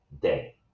day